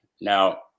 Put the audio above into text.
Now